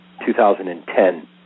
2010